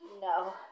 No